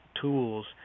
Tools